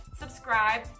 subscribe